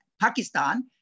Pakistan